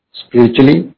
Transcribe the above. spiritually